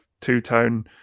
two-tone